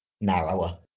narrower